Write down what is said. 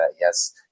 yes